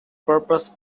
purpose